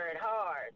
hard